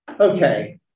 Okay